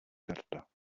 karta